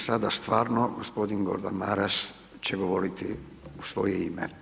I sada stvarno gospodin Gordan Maras će govoriti u svoje ime.